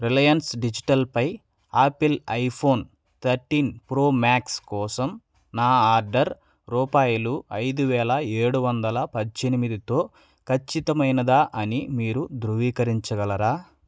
Reliance డిజిటల్పై Apple iPhone thirteen pro max కోసం నా ఆర్డర్ రూపాయిలు ఐదు వేల ఏడు వందల పద్దెనిమిదితో ఖచ్చితమైనదా అని మీరు ధృవీకరించగలరా